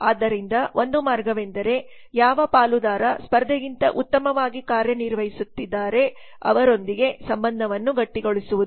ಆದ್ದರಿಂದ ಒಂದು ಮಾರ್ಗವೆಂದರೆ ಯಾವ ಪಾಲುದಾರ ಸ್ಪರ್ಧೆಗಿಂತ ಉತ್ತಮವಾಗಿ ಕಾರ್ಯನಿರ್ವಹಿಸುತ್ತಿದ್ದಾರೆ ಅವರೊಂದಿಗೆ ಸಂಬಂಧವನ್ನು ಗಟ್ಟಿಗೊಳಿಸುವುದು